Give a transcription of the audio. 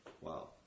Wow